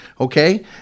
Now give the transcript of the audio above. Okay